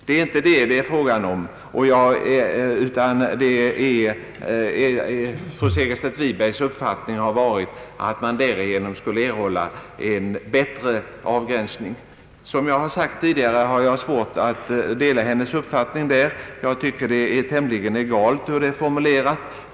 Det är inte detta frågan gäller, utan fru Segerstedt Wibergs önskemål har varit att man skulle erhålla en bättre avgränsning. Som jag tidigare sagt, har jag svårt att dela hennes uppfattning — jag tycker att propositionens formulering kan accepteras.